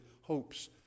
hopes